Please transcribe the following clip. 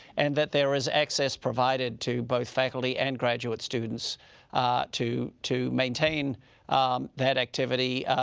and that there is access provided to both faculty and graduate students to to maintain that activity.